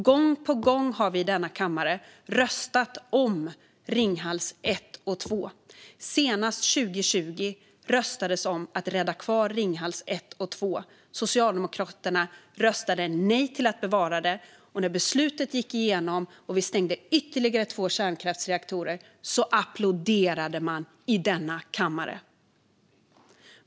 Gång på gång har vi i denna kammare röstat om Ringhals 1 och 2. Senast 2020 röstades det om att rädda kvar Ringhals 1 och 2. Socialdemokraterna röstade nej till ett bevarande, och när beslutet gick igenom och ytterligare två kärnkraftsreaktorer stängdes applåderade man i denna kammare.